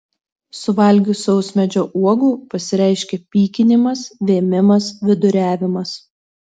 suvalgius sausmedžio uogų pasireiškia pykinimas vėmimas viduriavimas